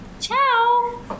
Ciao